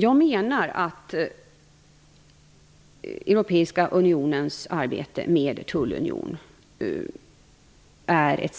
Jag menar att Europeiska unionens arbete med tullunion är